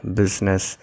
business